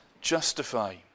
justify